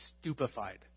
stupefied